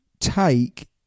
take